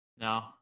No